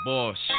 Boss